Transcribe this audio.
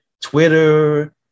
Twitter